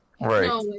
Right